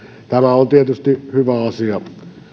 tämä on tietysti hyvä asia